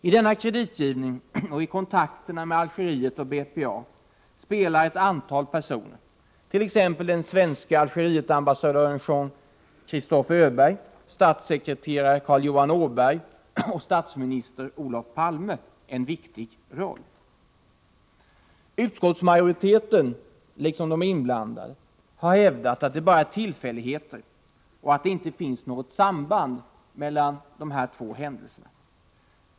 I denna kreditgivning och i kontakterna med Algeriet satser iu-länder och BPA spelar ett antal personer, t.ex. den svenske Algerietambassadören samt viss kreditut Jean-Christophe Öberg, statssekreterare Carl Johan Åberg och statsminister fästelsem.m. av Olof Palme, en viktig roll. seende Algeriet Utskottsmajoriteten liksom de inblandade har hävdat att det bara är tillfälligheter och att det inte finns något samband mellan dessa två händelser.